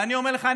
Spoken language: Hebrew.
ואני אומר לך,